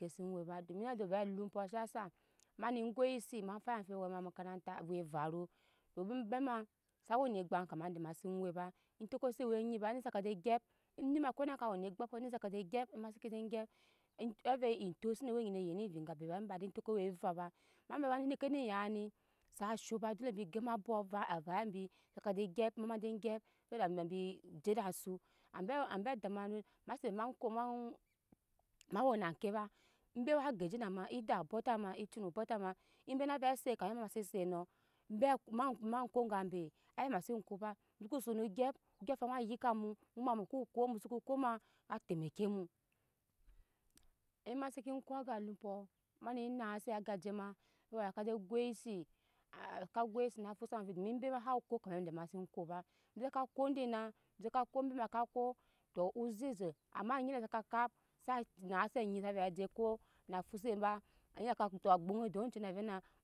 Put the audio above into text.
Ke se we ba domi ada ve alumpɔ shiya sa mane goise ma fai amfibi awɛ ma makaran ta awai varu domi obema sa we nu egbam kama idɛ mase we ba etoko se we nyiba eni saka je gyap eni ma ko naje wene gbem pɔ eni saka je gyap ema se ke je gyap eto eve etok sewe we nyi ne yene evii eŋga be ba emade etoko we ve ba ma ve neke yani sa sho ba dole embi gema abok avei bi saka je gyap make je gyap su dat na bi jede su ebe ebe ada bia na sive ma ko ma ma wena ke ba embe ma we keji na ma eda butama ecunu butama embe na ve set kama ma se set kame ma se set no embe ma ma ko ga be ai mase ko ba muko sono gyap obyɔŋ afaŋ wa yika mu muma muko ko musoko ko ma atɛmake mu ema seke ko aga lumpɔ ma ne nase agaje ma miya kaje goise ka goise fusa kama dom embe ma sako kama eda mase ko ba muya kako dina be kako ebe ma ka to osese ama nyine saka kap sa sana se anyi save je ko na fuse ba aya ka gbonyi de oncu n na venu